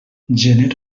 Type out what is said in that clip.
gener